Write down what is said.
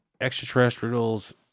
extraterrestrials